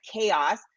chaos